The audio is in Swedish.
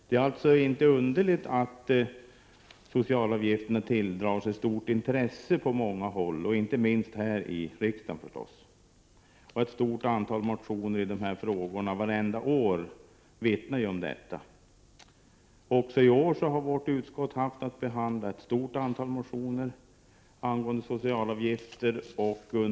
Det är alltså inte underligt att socialavgifterna tilldrar sig stort intresse på många håll, inte minst här i riksdagen. Ett stort antal motioner varje år i dessa frågor vittnar ju om detta. Även i år har vårt utskott haft att behandla ett stort antal motioner angående socialavgifter.